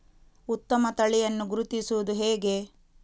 ಉತ್ತಮ ತಳಿಯನ್ನು ಗುರುತಿಸುವುದು ಹೇಗೆ?